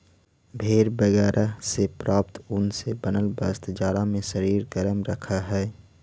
भेड़ बगैरह से प्राप्त ऊन से बनल वस्त्र जाड़ा में शरीर गरम रखऽ हई